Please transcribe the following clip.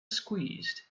squeezed